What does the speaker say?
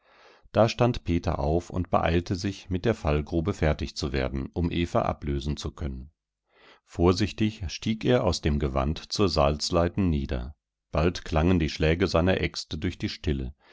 da stand peter auf und beeilte sich mit der fallgrube fertig zu werden um eva ablösen zu können vorsichtig stieg er aus dem gewand zur salzleiten nieder bald klangen die schläge seiner axt durch die stille